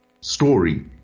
story